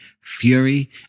fury